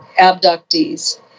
abductees